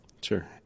Sure